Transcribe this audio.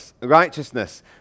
righteousness